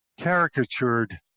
caricatured